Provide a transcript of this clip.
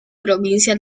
provincia